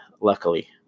luckily